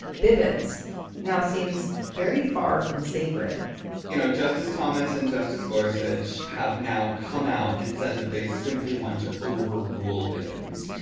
bivins now seems very far from sacred you know, justice thomas and justice gorsuch have now come out and said that they simply want to overrule bivins.